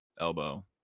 elbow